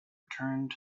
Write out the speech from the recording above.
returned